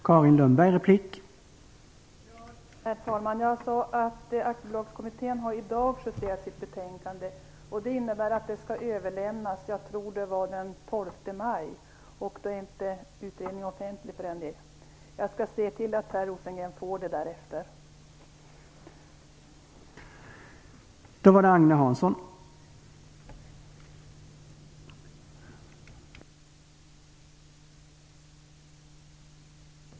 Herr talman! Jag sade att Aktiebolagskommittén i dag har justerat sitt betänkande. Det innebär att det skall överlämnas den 12 maj, tror jag att det var. Utredningen är alltså inte offentlig förrän då.